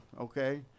okay